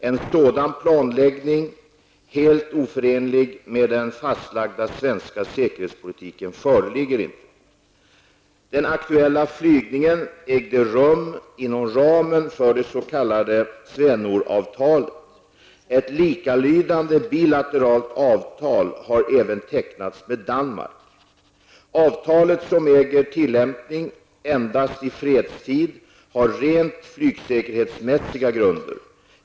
En sådan planläggning, helt oförenlig med den fastlagda svenska säkerhetspolitiken, föreligger inte. Den aktuella flygningen ägde rum inom ramen för det s.k. SVENOR-avtalet. Ett likalydande bilateralt avtal har även tecknats med Danmark. Avtalet, som äger tillämpning endast i fredstid, har rent flygsäkerhetsmässiga grunder.